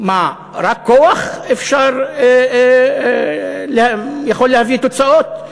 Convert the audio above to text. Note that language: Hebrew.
מה, רק כוח יכול להביא תוצאות?